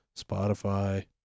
Spotify